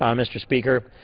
um mr. speaker,